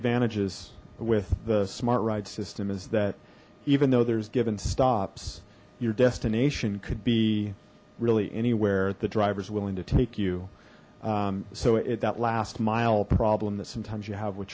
advantages with the smart ride system is that even though there's given stops your destination could be really anywhere the drivers willing to take you so at that last mile problem that sometimes you have w